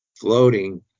floating